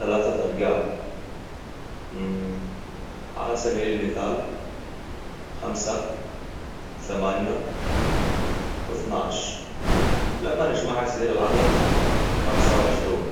ثلاثه ارقام على سبيل المثال، خمسة، ثمانية، واثناش. لما نجمعها يصير العدد خمسة وعشرون.